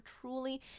truly